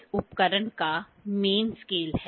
इस उपकरण का मेन स्केल है